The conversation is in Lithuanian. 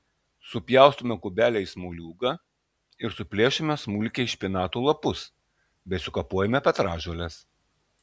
supjaustome kubeliais moliūgą ir suplėšome smulkiai špinatų lapus bei sukapojame petražoles